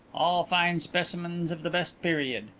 all fine specimens of the best period.